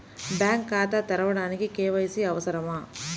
Bank ఖాతా తెరవడానికి KYC అవసరమా?